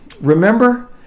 Remember